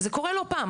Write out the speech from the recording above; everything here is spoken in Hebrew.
וזה קורה לא פעם,